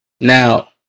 now